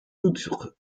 outre